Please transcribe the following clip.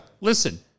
Listen